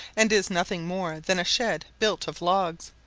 and is nothing more than a shed built of logs,